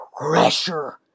pressure